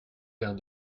verre